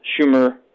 Schumer